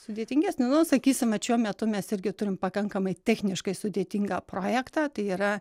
sudėtingesnį nu sakysim vat šiuo metu mes irgi turim pakankamai techniškai sudėtingą projektą tai yra